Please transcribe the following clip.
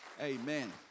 Amen